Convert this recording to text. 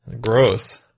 Gross